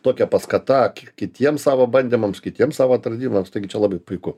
tokia paskata kitiems savo bandymams kitiems savo atradimams taigi čia labai puiku